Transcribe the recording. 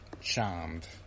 Charmed